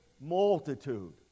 multitude